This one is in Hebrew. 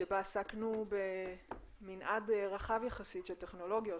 שבה עסקנו במנעד רחב יחסית של טכנולוגיות,